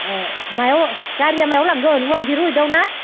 अ मायाव गारिया मायाव लांगोन वान जिर' ओयद आवना